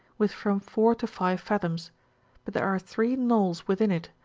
with from four to five fathoms but there are three knolls within it,